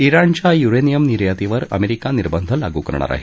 इराणच्या युरेनियम निर्यातीवर अमेरिका निर्बंध लागू करणार आहे